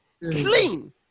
clean